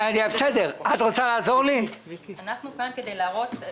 אנחנו כאן כדי להראות את המציאות.